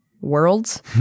worlds